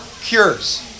cures